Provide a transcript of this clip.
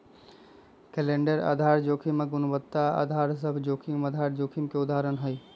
calendar आधार जोखिम आऽ गुणवत्ता अधार सभ जोखिम आधार जोखिम के उदाहरण हइ